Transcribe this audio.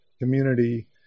community